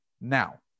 Now